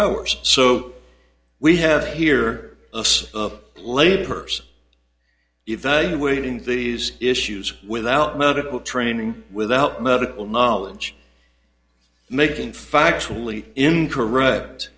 hours so we have here of laborers evaluating these issues without medical training without medical knowledge making factually incorrect